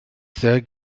sehr